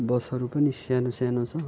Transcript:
बसहरू पनि सानो सानो छ